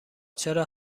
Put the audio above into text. چرا